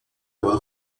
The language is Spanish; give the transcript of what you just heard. abajo